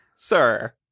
Sir